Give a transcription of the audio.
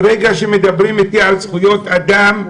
ברגע שמדברים איתי על זכויות אדם,